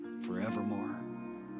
forevermore